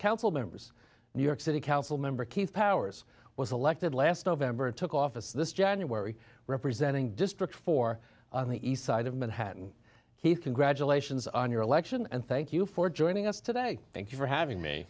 council members new york city council member keith powers was elected last november and took office this january representing district four on the east side of manhattan he congratulations on your election and thank you for joining us today thank you for having me